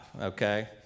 okay